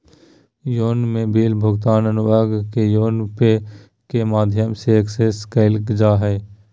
YONO में bill भुगतान अनुभाग के योनो पे के माध्यम से एक्सेस कइल जा हइ